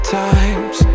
times